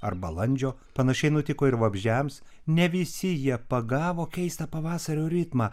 ar balandžio panašiai nutiko ir vabzdžiams ne visi jie pagavo keistą pavasario ritmą